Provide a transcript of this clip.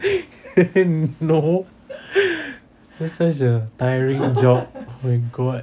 no that's such a tiring job oh my god